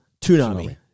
Tsunami